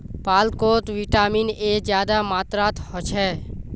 पालकोत vitamin A ज्यादा मात्रात होछे